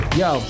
yo